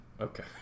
Okay